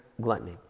gluttony